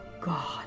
God